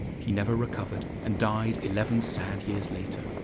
he never recovered and died eleven sad years later.